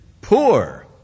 poor